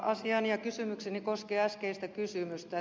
asiani ja kysymykseni koskee äskeistä kysymystä